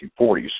1940s